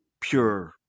pure